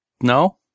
No